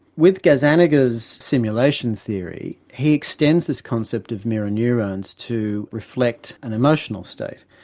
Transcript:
with gazzaniga's simulation theory, he extends this concept of mirror neurons to reflect an emotional state,